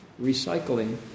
recycling